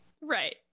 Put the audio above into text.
Right